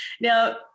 Now